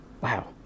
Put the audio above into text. Wow